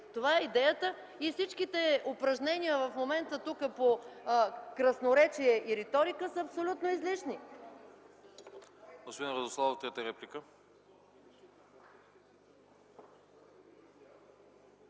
Това е идеята. Всичките упражнения по красноречие и реторика са абсолютно излишни.